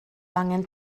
angen